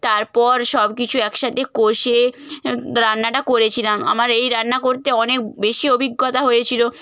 তারপর সবকিছু একসাথে কষে রান্নাটা করেছিলাম আমার এই রান্না করতে অনেক বেশি অভিজ্ঞতা হয়েছিল